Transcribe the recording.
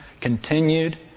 continued